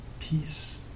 peace